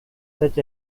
such